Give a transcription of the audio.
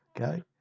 okay